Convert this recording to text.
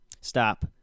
stop